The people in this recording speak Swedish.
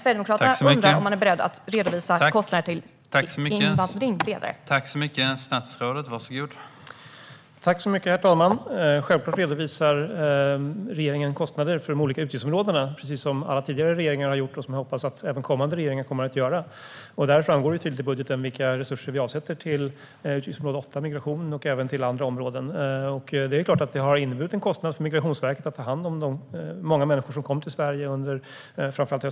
Sverigedemokraterna undrar om man är beredd att redovisa kostnaderna för invandring.